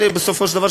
בסופו של דבר,